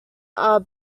are